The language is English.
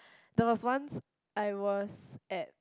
there was once I was at